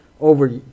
over